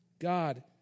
God